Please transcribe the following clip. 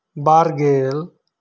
ᱵᱟᱨᱜᱮᱞ